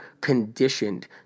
conditioned